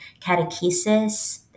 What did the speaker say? catechesis